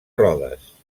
rodes